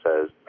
says